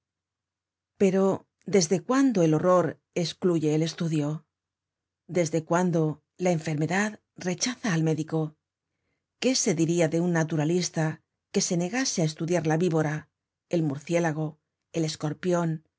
pero desde cuándo el horror escluye el estudio desde cuándo la enfermedad rechaza al médico qué se diria de un naturalista que se negase á estudiar la víbora el murciélago el escorpion